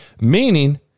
Meaning